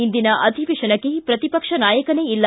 ಇಂದಿನ ಅಧಿವೇಶನಕ್ಕೆ ಪ್ರತಿಪಕ್ಷ ನಾಯಕನೇ ಇಲ್ಲ